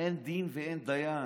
אין דין ואין דיין.